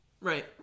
Right